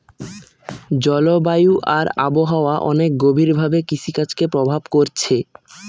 জলবায়ু আর আবহাওয়া অনেক গভীর ভাবে কৃষিকাজকে প্রভাব কোরছে